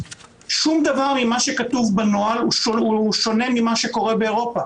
שום דבר ממה שכתוב בנוהל שונה ממה שקורה באירופה.